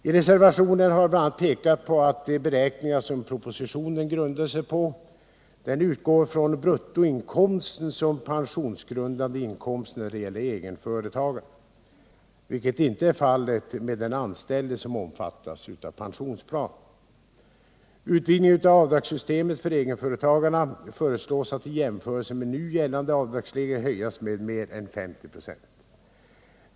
I reservationen har vi bl.a. pekat på att man vid de beräkningar som propositionen grundats på utgått från bruttoinkomsten som pensionsgrundande inkomst när det gäller egenföretagaren, vilket inte är fallet beträffande en anställd som omfattas av pensionsplan. Avdraget för egenföretagarna m.fl. föreslås bli höjt med mer än 50 96.